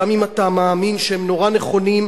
גם אם אתה מאמין שהם נורא נכונים.